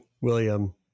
William